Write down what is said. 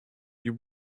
you